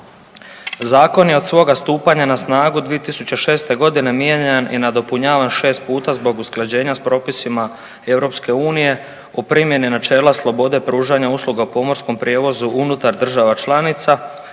Zakon je od svoga stupanja na snagu 2006. godine mijenjan i nadopunjavan šest puta zbog usklađenja sa propisima EU o primjeni načela slobode, pružanja usluga u pomorskom prijevozu unutar država članica,